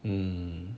mm